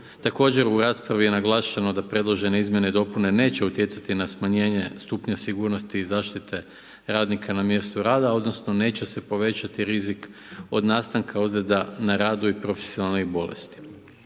također u raspravi je naglašeno da predložene izmjene i dopune neće utjecati na smanjenje stupnja sigurnosti i zaštite radnika na mjestu rada odnosno neće se povećati rizik od nastanka ozljeda na radu i profesionalnih bolesti.